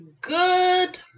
Good